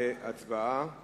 להצבעה.